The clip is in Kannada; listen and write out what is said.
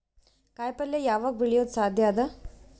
ಕಾಯಿಪಲ್ಯ ಯಾವಗ್ ಬೆಳಿಯೋದು ಸಾಧ್ಯ ಅದ?